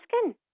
skin